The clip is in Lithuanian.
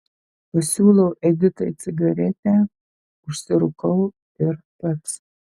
pasiūlau editai cigaretę užsirūkau ir pats